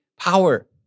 power